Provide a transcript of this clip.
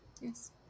Yes